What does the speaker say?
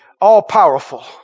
all-powerful